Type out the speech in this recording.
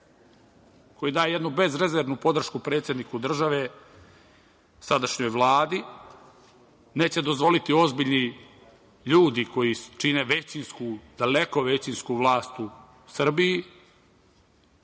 koji daje jednu bezrezervnu podršku predsedniku države, sadašnjoj Vladi. Neće dozvoliti ozbiljni ljudi koji čine većinsku, daleko većinsku vlast u Srbiji,